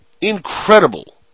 incredible